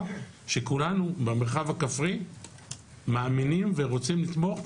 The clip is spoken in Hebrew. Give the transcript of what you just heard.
שכולנו במרחב הכפרי מאמינים ורוצים לתמוך,